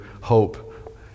hope